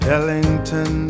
Ellington